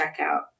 checkout